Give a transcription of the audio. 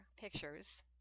pictures